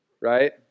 Right